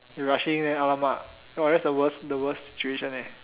you rushing then !alamak! !wah! that's the worst the worst situation eh